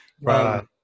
Right